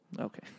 Okay